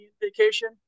vacation